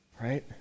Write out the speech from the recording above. right